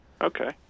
Okay